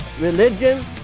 religion